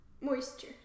Moisture